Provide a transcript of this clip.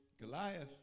Goliath